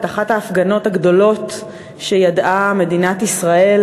אחת ההפגנות הגדולות שידעה מדינת ישראל,